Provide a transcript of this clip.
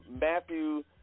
Matthew